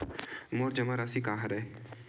मोर जमा राशि का हरय?